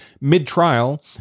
mid-trial